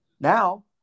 Now